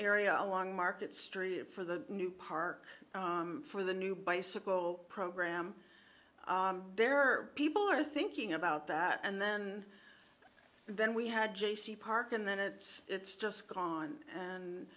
area along market street for the new park for the new bicycle program there are people who are thinking about that and then then we had j c park and then it's it's just gone